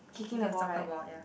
kicking a soccer ball ya